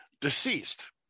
deceased